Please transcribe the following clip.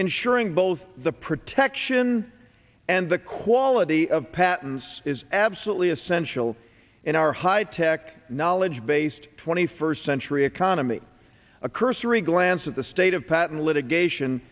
ensuring both the protection and the quality of patents is absolutely essential in our high tech knowledge based twenty first century economy a cursory glance at the state of patent litigation